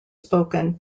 spoken